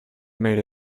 made